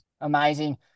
Amazing